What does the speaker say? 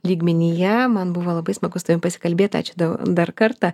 lygmenyje man buvo labai smagu su tavim pasikalbėt ačiū tau dar kartą